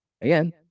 Again